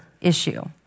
issue